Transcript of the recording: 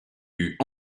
eut